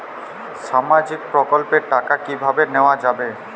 সামাজিক প্রকল্পের টাকা কিভাবে নেওয়া যাবে?